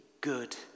good